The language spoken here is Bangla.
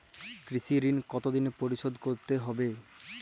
কৃষি ঋণ কতোদিনে পরিশোধ করতে হবে?